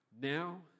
Now